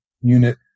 unit